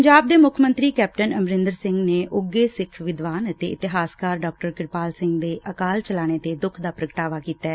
ਪੰਜਾਬ ਦੇ ਮੁੱਖ ਮੰਤਰੀ ਕੈਪਟਨ ਅਮਰੰਦਰ ਸੰਘ ਨੇ ਉੱਘੇ ਸਿੱਖ ਵਿਦਵਾਨ ਅਤੇ ਇਤਿਹਾਸਕਾਰ ਡਾਪ ਕਿਰਪਾਲ ਸਿੰਘ ਦੇ ਅਕਾਲ ਚਲਾਣੇ ਤੇ ਦੁੱਖ ਦਾ ਪ੍ਰਗਟਾਵਾ ਕੀਤੈ